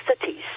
cities